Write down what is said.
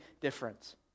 difference